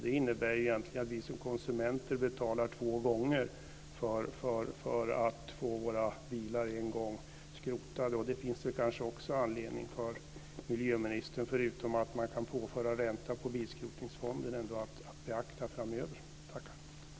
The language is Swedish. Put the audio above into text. Det innebär egentligen att vi som konsumenter betalar två gånger för att en gång få våra bilar skrotade. Det finns kanske anledning för miljöministern att, förutom att man kan påföra ränta på bilskrotningsfonden, beakta detta framöver. Tack!